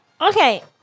Okay